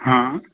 हां